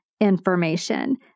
information